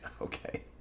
Okay